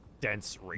dense